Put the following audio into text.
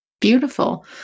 Beautiful